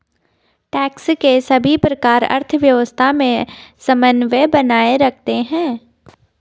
tax के सभी प्रकार अर्थव्यवस्था में समन्वय बनाए रखते हैं